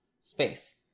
space